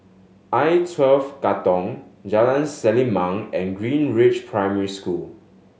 I Twelve Katong Jalan Selimang and Greenridge Primary School